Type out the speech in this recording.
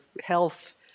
health